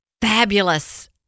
fabulous